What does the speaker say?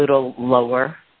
little lower